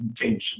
intention